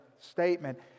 statement